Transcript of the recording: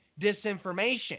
disinformation